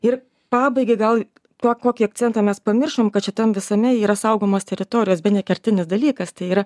ir pabaigai gal ko kokį akcentą mes pamiršom kad šitam visame yra saugomos teritorijos bene kertinis dalykas tai yra